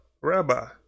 Rabbi